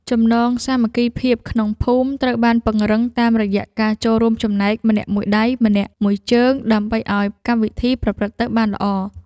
ចំណងសាមគ្គីភាពក្នុងភូមិត្រូវបានពង្រឹងតាមរយៈការចូលរួមចំណែកម្នាក់មួយដៃម្នាក់មួយជើងដើម្បីឱ្យកម្មវិធីប្រព្រឹត្តទៅបានល្អ។